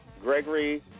Gregory